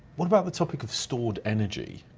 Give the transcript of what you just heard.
what about the topic of stored energy,